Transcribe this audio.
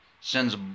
sends